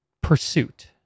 pursuit